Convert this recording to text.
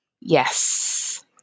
Yes